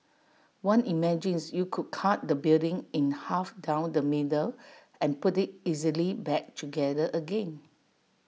one imagines you could cut the building in half down the middle and put IT easily back together again